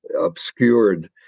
obscured